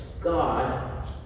God